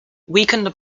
weakened